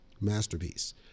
Masterpiece